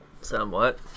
somewhat